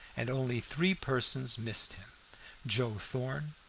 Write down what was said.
and only three persons missed him joe thorn,